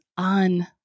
On